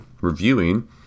reviewing